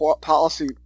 policy